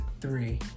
Three